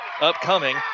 upcoming